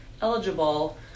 eligible